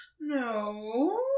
No